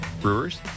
Brewers